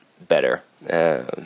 better